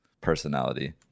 personality